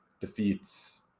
defeats